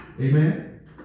Amen